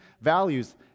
values